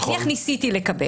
נניח ניסיתי לקבל.